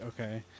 okay